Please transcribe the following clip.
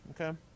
okay